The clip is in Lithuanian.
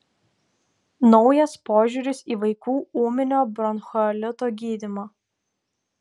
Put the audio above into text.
naujas požiūris į vaikų ūminio bronchiolito gydymą